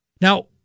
Now